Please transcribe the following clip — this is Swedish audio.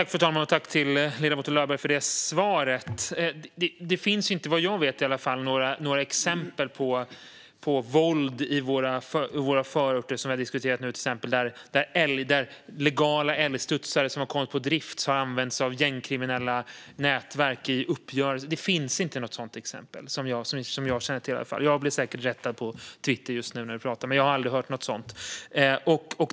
Fru talman! Jag tackar ledamoten Löberg för svaret. Vad jag vet finns det inga exempel på våld i våra förorter, vilket vi har diskuterat nu, där legala älgstudsare som har kommit på drift har använts av gängkriminella nätverk i uppgörelser. Det finns inga sådana exempel, i alla fall inte som jag känner till. Jag blir säkert rättad på Twitter just nu, medan jag pratar, men jag har aldrig hört något sådant.